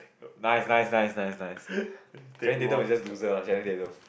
nice nice nice nice nice Channing Tatum is just loser lah Channing Tatum